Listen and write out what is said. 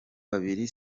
babiri